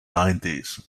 nineties